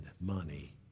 money